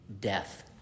death